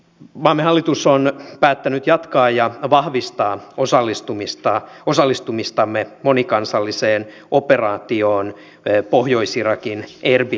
maamme hallitus on päättänyt jatkaa ja vahvistaa osallistumistamme monikansalliseen operaatioon pohjois irakin erbilissä